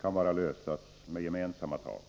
kan bara klaras med gemensamma tag.